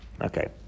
Okay